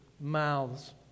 mouths